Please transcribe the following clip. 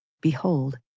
behold